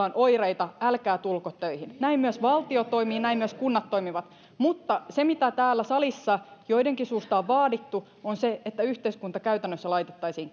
on oireita että älkää tulko töihin näin myös valtio toimii näin myös kunnat toimivat mutta se mitä täällä salissa joidenkin suusta on vaadittu on se että yhteiskunta käytännössä laitettaisiin